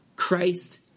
Christ